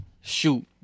Shoot